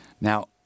Now